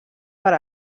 per